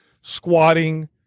Squatting